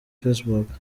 facebook